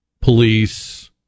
police